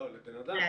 1,000 שקל לאדם.